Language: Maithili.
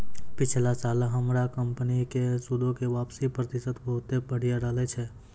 पिछला साल हमरो कंपनी के सूदो के वापसी प्रतिशत बहुते बढ़िया रहलै